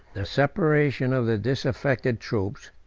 the separation of the disaffected troops,